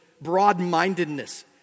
broad-mindedness